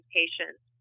patients